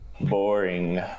Boring